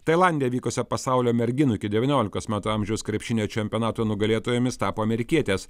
tailande vykusio pasaulio merginų iki devyniolikos metų amžiaus krepšinio čempionato nugalėtojomis tapo amerikietės